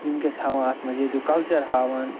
یِم کیٛاہ چھِ ہاوان اَتھ مَنٛز ییٚتیٛوک کَلچَر ہاوان